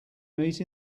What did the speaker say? meet